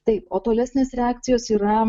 taip o tolesnės reakcijos yra